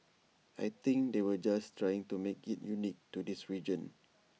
I think they were just trying to make IT unique to this region